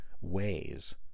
ways